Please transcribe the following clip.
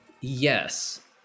Yes